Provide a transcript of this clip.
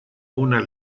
una